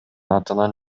атынан